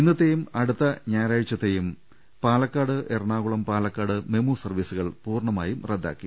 ഇന്ന ത്തെയും അടുഞ്ഞ ഞായ റാ ഴ് ച ത്തെയും പാലക്കാട് എറണാകുളം പാലക്കാട് മെമു സർവ്വീസുകൾ പൂർണ്ണമായും റദ്ദാക്കി